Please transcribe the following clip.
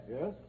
yes